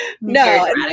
No